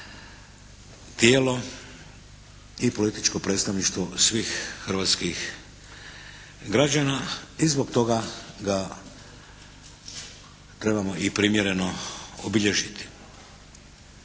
tijelo i političko predstavništvo svih hrvatskih građana i zbog toga ga trebamo i primjereno obilježiti.